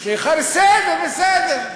בסדר, בסדר.